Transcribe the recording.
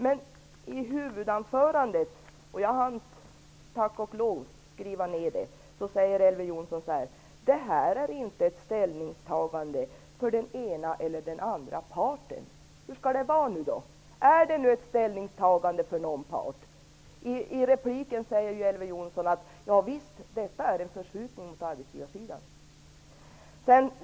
Men i huvudanförandet -- jag hann tack och lov skriva ned det -- säger Elver Jonsson så här: Det här är inte ett ställningstagande för den ena eller den andra parten. Hur skall det vara nu då? Är det ett ställningstagande för någon part? I repliken säger ju Elver Jonsson: Ja visst, detta är en förskjutning mot arbetsgivarsidan.